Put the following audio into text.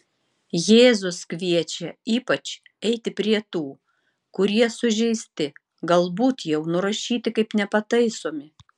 jėzus kviečia ypač eiti prie tų kurie sužeisti galbūt jau nurašyti kaip nepataisomi